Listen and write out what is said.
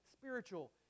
spiritual